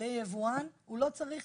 ליבואן הוא לא צריך